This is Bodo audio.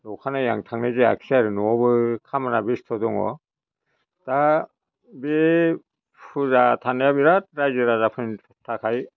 अखानायै आं थांनाय जायाखैसै आरो न'आवबो खामानिया बेस्त' दङ दा बे फुजा थानाया बिराद रायजो राजाफोरनि थाखाय